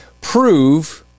prove